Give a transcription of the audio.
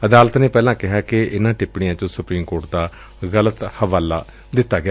ਅਦਾਲਤ ਨੇ ਪਹਿਲਾ ਕਿਹਾ ਕਿ ਇਨੁਾਂ ਟਿਪਣੀਆਂ ਵਿਚ ਸੁਪਰੀਮ ਕੋਰਟ ਦਾ ਗਲਤ ਹਵਾਲਾ ਦਿੱਤਾ ਗਿਆ